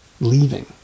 leaving